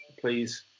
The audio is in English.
please